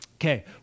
Okay